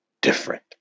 Different